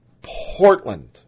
Portland